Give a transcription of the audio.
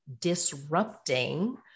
disrupting